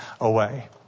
away